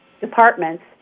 Departments